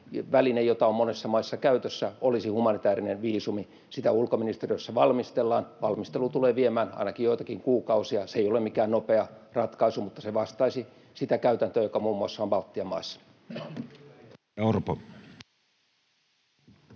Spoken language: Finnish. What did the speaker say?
väline, joka on monissa maissa käytössä, olisi humanitäärinen viisumi. Sitä ulkoministeriössä valmistellaan. Valmistelu tulee viemään ainakin joitakin kuukausia. Se ei ole mikään nopea ratkaisu, mutta se vastaisi sitä käytäntöä, joka on muun muassa Baltian maissa. Edustaja